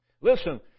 Listen